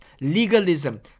legalism